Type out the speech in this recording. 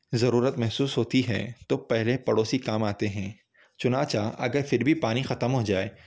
ضرورت محسوس ہوتی ہے تو پہلے پڑوسی کام آتے ہیں چنان چہ اگر پھر بھی پانی ختم ہو جائے